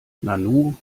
nanu